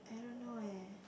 I don't know eh